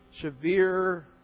severe